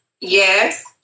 Yes